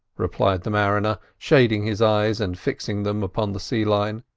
replied the mariner, shading his eyes and fixing them upon the sea-line.